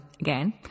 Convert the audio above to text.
again